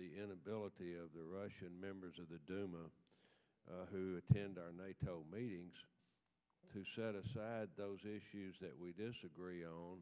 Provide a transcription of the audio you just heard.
the inability of the russian members of the duma who attend our nato meetings to set aside those issues that we disagree on